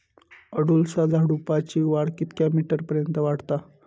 अडुळसा झुडूपाची वाढ कितक्या मीटर पर्यंत वाढता?